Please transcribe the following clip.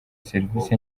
serivisi